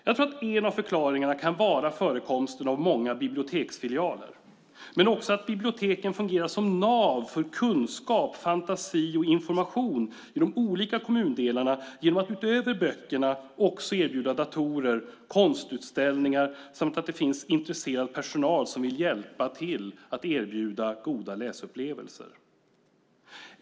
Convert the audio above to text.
Jag tror att en av förklaringarna kan vara förekomsten av många biblioteksfilialer men också att biblioteken fungerar som nav för kunskap, fantasi och information i de olika kommundelarna genom att utöver böckerna också erbjuda datorer, konstutställningar samt att det finns intresserad personal som vill hjälpa till att erbjuda goda läsupplevelser.